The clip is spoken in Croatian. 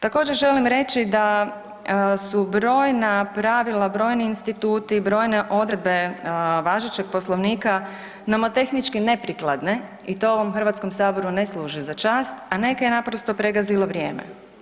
Također, želim reći da su brojna pravila, brojni instituti, brojne odredbe važećeg Poslovnika nomotehnički neprikladne i to ovom Hrvatskom saboru ne služi za čast, a neke je naprosto pregazilo vrijeme.